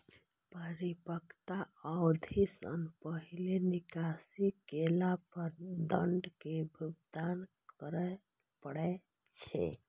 परिपक्वता अवधि सं पहिने निकासी केला पर दंड के भुगतान करय पड़ै छै